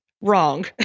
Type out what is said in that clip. Wrong